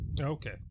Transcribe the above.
Okay